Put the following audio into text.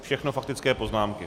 Všechno faktické poznámky.